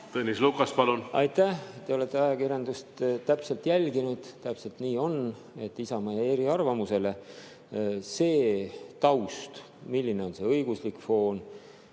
Tõnis Lukas, palun! Aitäh! Te olete ajakirjandust täpselt jälginud. Täpselt nii on, et Isamaa jäi eriarvamusele. See taust, milline on õiguslik foon